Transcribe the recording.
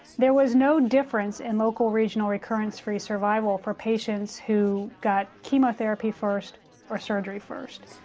there was no difference in local regional recurrence-free survival for patients who got chemotherapy first or surgery first,